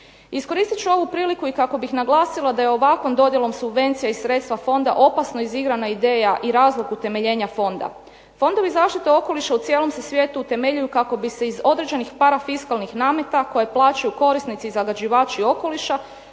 Iskoristit ću ovu priliku i kako bih naglasila da je ovakvom dodjelom subvencija iz sredstva fonda opasno izigrana ideja i razlog utemeljenja fonda. Fondovi zaštite okoliša u cijelom se svijetu utemeljuju kako bi se iz određenih para fiskalnih nameta koje plaćaju korisnici i zagađivači okoliša